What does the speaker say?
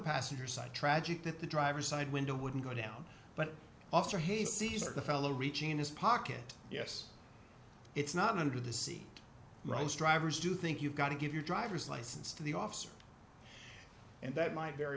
passenger side tragic that the driver's side window wouldn't go down but also he sees are the fellow reaching in his pocket yes it's not under the seat rise drivers do think you've got to give your driver's license to the officer and that might very